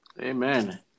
Amen